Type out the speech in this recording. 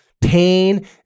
pain